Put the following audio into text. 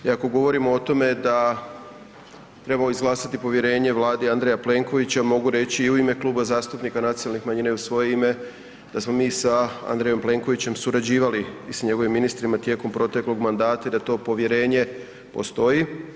I ako govorimo o tome da trebamo izglasati povjerenje Vladi Andreja Plenkovića mogu reći i u ime Kluba zastupnika nacionalnih manjina i u svoje ime da smo mi sa Andrejom Plenkovićem surađivali i s njegovim ministrima tijekom proteklog mandata i da to povjerenje stoji.